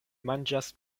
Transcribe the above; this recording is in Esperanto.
manĝas